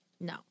No